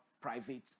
private